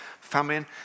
famine